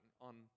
on